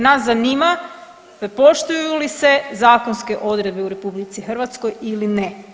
Nas zanima poštuju li se zakonske odredbe u RH ili ne.